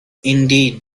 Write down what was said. indeed